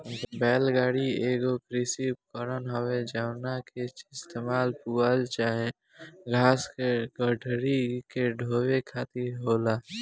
बैल गाड़ी एगो कृषि उपकरण हवे जवना के इस्तेमाल पुआल चाहे घास के गठरी के ढोवे खातिर होला